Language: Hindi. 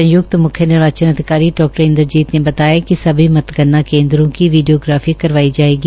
सय्क्त म्ख्य निर्वाचन अधिकारी डा इनद्रजीत ने बताया कि सभी मतगण्ना केन्द्रों की वीडियोग्राफी करवाई जायेंगी